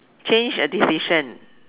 change a decision